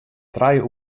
trije